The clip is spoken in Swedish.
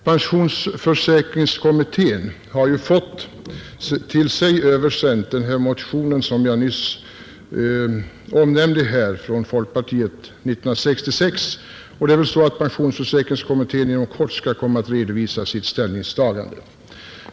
Pensionsförsäkringskommittén har fätt till sig översänd den motion från folkpartiet 1966 som jag nyss omnämnde, och pensionsförsäkringskommittén kommer inom kort att redovisa sitt ställningstagande.